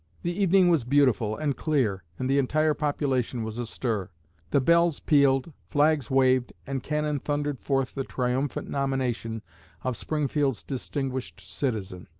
the evening was beautiful and clear, and the entire population was astir. the bells pealed, flags waved, and cannon thundered forth the triumphant nomination of springfield's distinguished citizen.